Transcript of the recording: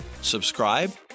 subscribe